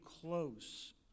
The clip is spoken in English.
close